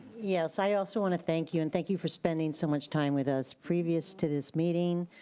yes, i also want to thank you and thank you for spending so much time with us. previous to this meeting,